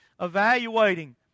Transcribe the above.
evaluating